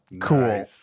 Cool